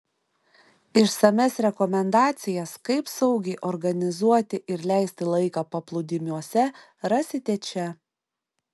išsamias rekomendacijas kaip saugiai organizuoti ir leisti laiką paplūdimiuose rasite čia